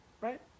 right